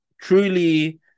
truly